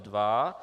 2.